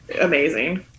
amazing